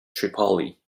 tripoli